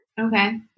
Okay